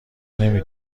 نمی